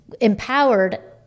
empowered